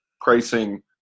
pricing